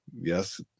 yes